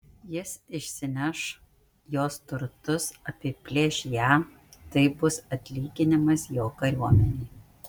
jis išsineš jos turtus apiplėš ją tai bus atlyginimas jo kariuomenei